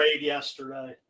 yesterday